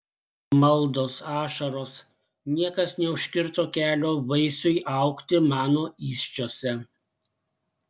maldos ašaros niekas neužkirto kelio vaisiui augti mano įsčiose